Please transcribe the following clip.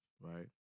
right